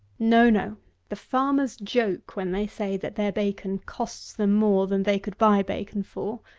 no, no the farmers joke when they say, that their bacon costs them more than they could buy bacon for.